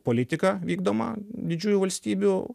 politika vykdoma didžiųjų valstybių